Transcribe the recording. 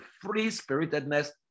free-spiritedness